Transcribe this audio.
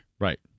Right